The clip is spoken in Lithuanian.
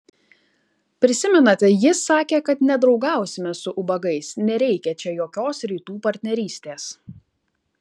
prisimenate ji sakė kad nedraugausime su ubagais nereikia čia jokios rytų partnerystės